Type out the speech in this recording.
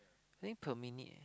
nine per minute eh